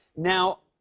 now,